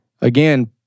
Again